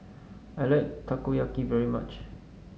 I like Takoyaki very much